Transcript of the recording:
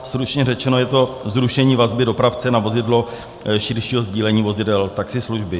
Stručně řečeno je to zrušení vazby dopravce na vozidlo širšího sdílení vozidel taxislužby.